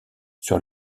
sur